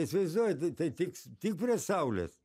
įsivaizduojat tai tiks tik prie saulės